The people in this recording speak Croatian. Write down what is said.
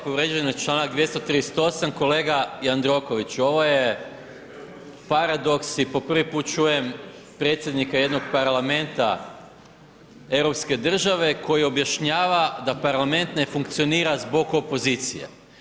Povrijeđen je članak 238. kolega Jandrokoviću ovo je paradoks i po prvi put čujem predsjednika jednog Parlamenta europske države koji objašnjava da Parlament ne funkcionira zbog opozicije.